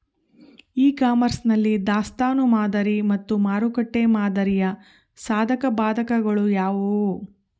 E commerce ನಲ್ಲಿ ದಾಸ್ತನು ಮಾದರಿ ಮತ್ತು ಮಾರುಕಟ್ಟೆ ಮಾದರಿಯ ಸಾಧಕಬಾಧಕಗಳು ಯಾವುವು?